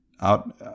out